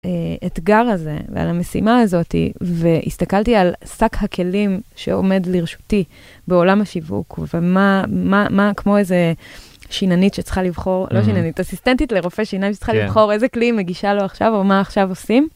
אתגר הזה, ועל המשימה הזאת, והסתכלתי על שק הכלים שעומד לרשותי בעולם השיווק, ומה כמו איזה שיננית שצריכה לבחור, לא שיננית, אסיסטנטית לרופא שיניים שצריכה לבחור איזה כלים מגישה לו עכשיו, או מה עכשיו עושים.